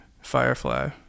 Firefly